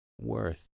worth